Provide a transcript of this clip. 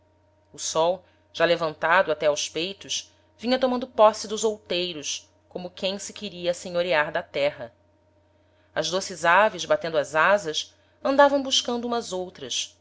o sol já levantado até aos peitos vinha tomando posse dos outeiros como quem se queria assenhorear da terra as doces aves batendo as asas andavam buscando umas ás outras